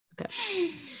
Okay